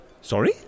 Sorry